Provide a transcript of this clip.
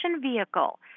vehicle